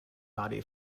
body